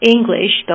English